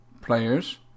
players